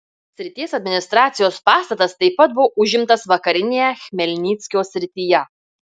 srities administracijos pastatas taip pat buvo užimtas vakarinėje chmelnyckio srityje